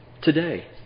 today